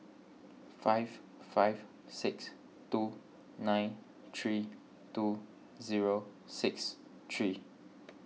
five five six two nine three two zero six three